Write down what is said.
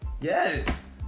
Yes